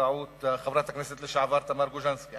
באמצעות חברת הכנסת לשעבר תמר גוז'נסקי.